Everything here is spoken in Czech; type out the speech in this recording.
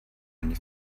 nic